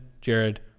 Jared